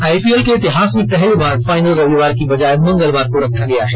IPL के इतिहास में पहली बार फाइनल रविवार की बजाय मंगलवार को रखा गया है